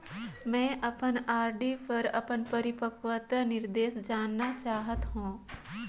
मैं अपन आर.डी पर अपन परिपक्वता निर्देश जानना चाहत हों